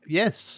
yes